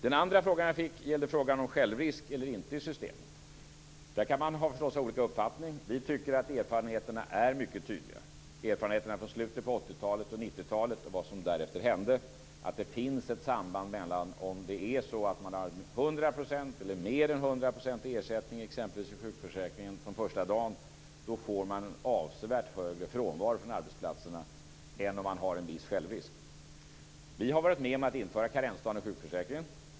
Den andra frågan gällde självrisk eller ej i systemen. Där kan man förstås ha olika uppfattning. Vi tycker att erfarenheterna är tydliga. Erfarenheterna från slutet av 80-talet och början av 90-talet och vad som därefter hände visar att det finns ett samband om det ges 100 % eller mer än 100 % i ersättning i sjukförsäkringen från första dagen. Då blir det avsevärt högre frånvaro från arbetsplatserna än med en viss självrisk. Vi har varit med om att införa karensdag i sjukförsäkringen.